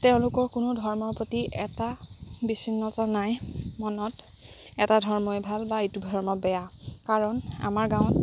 তেওঁলোকৰ কোনো ধৰ্মৰ প্ৰতি এটা বিচ্ছিন্নতা নাই মনত এটা ধৰ্মই ভাল বা ইটো ধৰ্ম বেয়া কাৰণ আমাৰ গাঁৱত